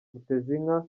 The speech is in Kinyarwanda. mutezinka